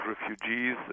refugees